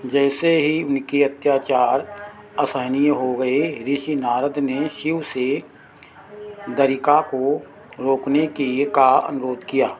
जैसे ही उनके अत्याचार असहनीय हो गए ऋषि नारद ने शिव से दरिका को रोकने के का अनुरोध किया